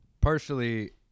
partially